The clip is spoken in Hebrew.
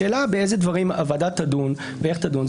השאלה באיזה דברים הוועדה תדון ואיך תדון,